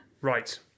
Right